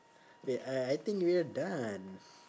wait I I think we're done